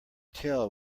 tell